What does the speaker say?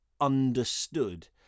understood